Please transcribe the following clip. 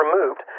removed